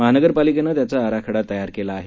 महानगर पालिकेनं त्याचा आराखडा तयार केला आहे